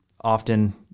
Often